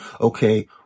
okay